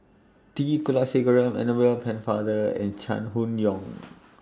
T Kulasekaram Annabel Pennefather and Chai Hon Yoong